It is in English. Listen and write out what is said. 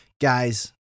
Guys